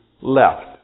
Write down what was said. left